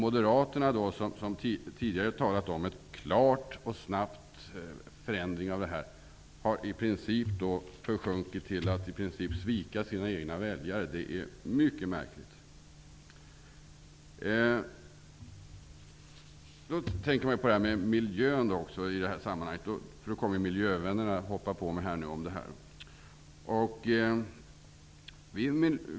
Moderaterna har tidigare talat om en klar och snabb förändring, men nu har de i princip försjunkit i att svika sina egna väljare. Det är mycket märkligt. Jag tänker också på miljön i det här sammanhanget -- miljövännerna kommer ju att hoppa på mig om detta.